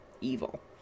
evil